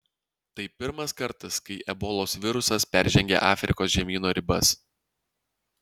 tai pirmas kartas kai ebolos virusas peržengė afrikos žemyno ribas